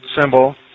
symbol